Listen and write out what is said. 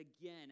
again